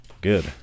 Good